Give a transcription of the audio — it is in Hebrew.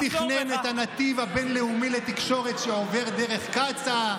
הוא תכנן את הנתיב הבין-לאומי לתקשורת שעובר דרך קצא"א.